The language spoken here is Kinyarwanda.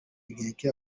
inkeke